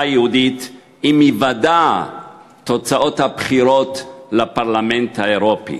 היהודית עם היוודע תוצאות הבחירות לפרלמנט האירופי.